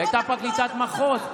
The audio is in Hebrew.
היא הייתה פרקליטת המחוז,